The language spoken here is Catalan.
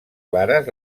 clares